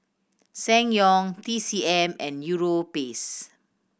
Ssangyong T C M and Europace